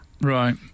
Right